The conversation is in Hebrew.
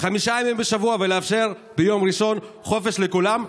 חמישה ימים בשבוע ונאפשר ביום ראשון חופש לכולם,